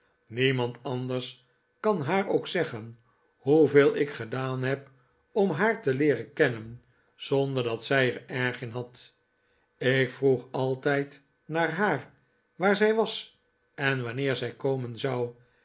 niemand anders kan haar ook zeggen hoeveel ik gedaan heb om haar te leeren kennen zonder dat zij er erg in had ik vroeg altijd naar haar waar zij was en wanneer zij komen zou